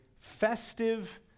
festive